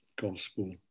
Gospel